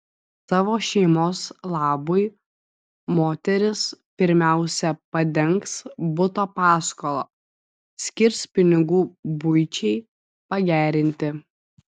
savo šeimos labui moteris pirmiausia padengs buto paskolą skirs pinigų buičiai pagerinti